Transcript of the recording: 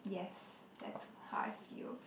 yes that's how I feel